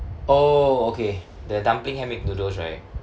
oh okay the dumpling handmade noodles right